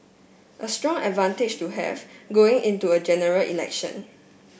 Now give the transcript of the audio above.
a strong advantage to have going into a General Election